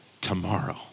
tomorrow